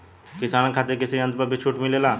किसान खातिर कृषि यंत्र पर भी छूट मिलेला?